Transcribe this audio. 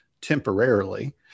temporarily